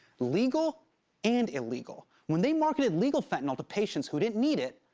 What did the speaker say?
legal and illegal. when they marketed legal fentanyl to patients who didn't need it,